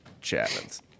Chapman's